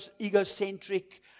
egocentric